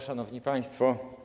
Szanowni Państwo!